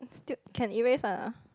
tube can erase or not